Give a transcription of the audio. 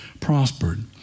prospered